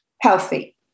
healthy